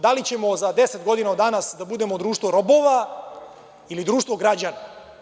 Da li ćemo za deset godina od danas da budemo društvo robova ili društvo građana?